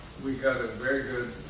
we got a very good